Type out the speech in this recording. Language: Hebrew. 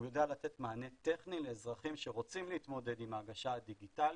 הוא יודע לתת מענה טכני לאזרחים שרוצים להתמודד עם ההנגשה הדיגיטלית,